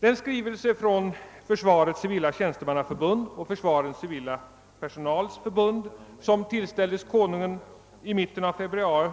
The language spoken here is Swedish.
Den skrivelse som från Försvarets civila tjänstemannaförbund och Försvarets civila personals förbund tillställdes Konungen i mitten av februari